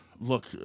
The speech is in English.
look